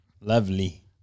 Lovely